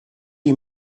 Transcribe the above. you